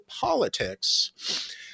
politics